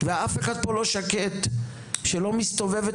ואף אחד פה לא שקט מכך שאולי מסתובבת